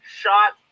shot